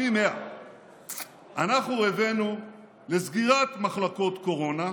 פי 100. אנחנו הבאנו לסגירת מחלקות קורונה,